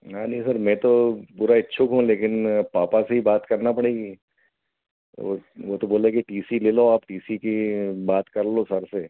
हाँ नहीं सर मैं तो पूरा इच्छुक हूँ लेकिन पापा से भी बात करना पड़ेगी वह वह तो बोले कि टी सी ले लो आप टी सी की बात कर लो सर से